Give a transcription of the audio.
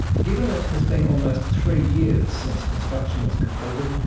given it has been almost three years since construction was completed,